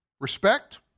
Respect